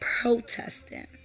Protesting